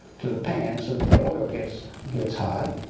to the pan so that the oil gets gets hot.